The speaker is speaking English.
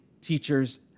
teachers